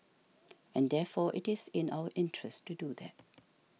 and therefore it is in our interest to do that